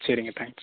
சரிங்க தேங்க்ஸ்